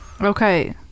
Okay